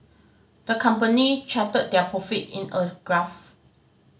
the company charted their profit in a graph